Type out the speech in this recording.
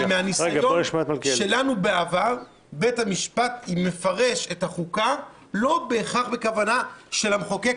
כי מהניסיון שלנו בעבר בית המשפט מפרש את החוקה לא בהכרח בכוונת המחוקק,